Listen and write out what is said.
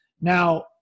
Now